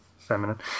Feminine